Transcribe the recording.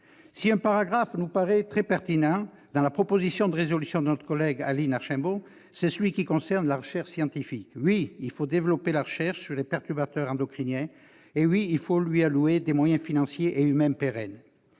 Si un paragraphe nous paraît très pertinent dans la proposition de résolution de notre collègue Aline Archimbaud, c'est celui qui concerne la recherche scientifique. Il faut effectivement développer la recherche sur les perturbateurs endocriniens et lui allouer des moyens financiers et humains pérennes.